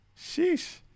Sheesh